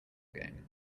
game